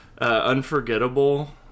Unforgettable